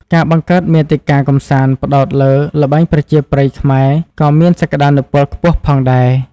ការបង្កើតមាតិកាកម្សាន្ត ផ្តោតលើ ល្បែងប្រជាប្រិយខ្មែរក៏មាន សក្តានុពលខ្ពស់ផងដែរ។